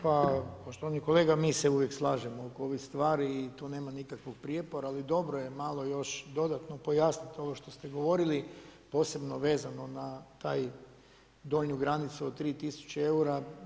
Pa poštovani kolega, mi se uvijek slažemo oko ovih stvari i tu nema nikakvog prijepora, ali dobro je malo još dodatno pojasniti ovo što ste govorili, posebno vezano na tu donju granicu od 3000 eura.